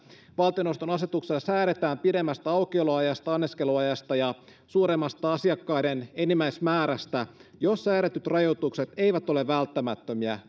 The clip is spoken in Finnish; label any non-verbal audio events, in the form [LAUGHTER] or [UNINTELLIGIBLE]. valtioneuvoston asetuksella säädetään pidemmästä aukioloajasta anniskeluajasta ja suuremmasta asiakkaiden enimmäismäärästä jos säädetyt rajoitukset eivät ole välttämättömiä [UNINTELLIGIBLE]